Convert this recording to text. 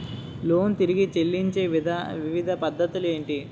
Loan తిరిగి చెల్లించే వివిధ పద్ధతులు ఏంటి?